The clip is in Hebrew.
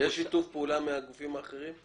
יש שיתוף פעולה מהגופים האחרים?